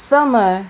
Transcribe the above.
Summer